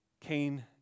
Cain